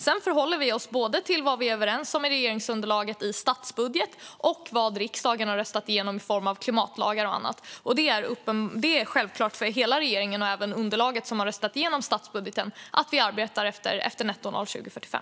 Sedan förhåller vi oss till både vad vi är överens om med regeringsunderlaget i stadsbudgeten och vad riksdagen har röstat igenom i form av klimatlagar och annat. Det är självklart för hela regeringen och även för underlaget som har röstat igenom statsbudgeten att vi arbetar efter nettonoll 2045.